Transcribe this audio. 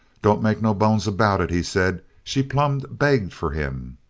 didn't make no bones about it, he said, she plumb begged for him.